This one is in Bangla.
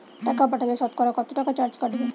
টাকা পাঠালে সতকরা কত টাকা চার্জ কাটবে?